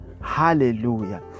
Hallelujah